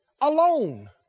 alone